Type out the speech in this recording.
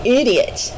idiot